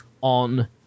on